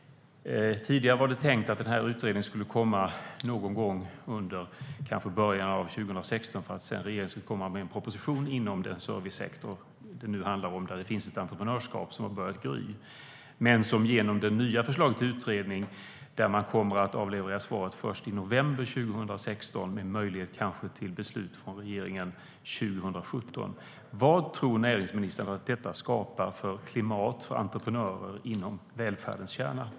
Tidigare var det tänkt att utredningen skulle komma kanske någon gång under början av 2016 för att regeringen skulle komma med en proposition inom den servicesektor som det nu handlar om där det finns ett entreprenörskap som har börjat gry. Genom det nya förslaget till utredning kommer man att avleverera svaret först i november 2016 med möjlighet till beslut från regeringen kanske 2017. Vad tror näringsministern att detta skapar för klimat för entreprenörer inom välfärdens kärna?